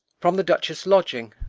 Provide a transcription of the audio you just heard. from the duchess' lodging.